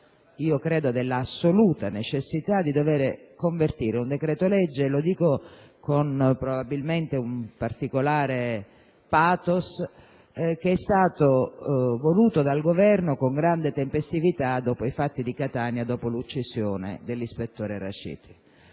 e credo della assoluta necessità - di convertire un decreto-legge, lo dico probabilmente con un particolare*pathos*, che è stato voluto dal Governo con grande tempestività, dopo i fatti di Catania e dopo l'uccisione dell'ispettore Raciti.